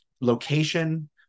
location